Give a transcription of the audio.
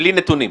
בלי נתונים.